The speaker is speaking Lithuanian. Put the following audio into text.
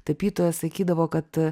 tapytoja sakydavo kad